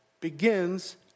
begins